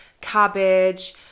cabbage